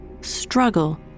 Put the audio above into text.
struggle